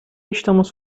estamos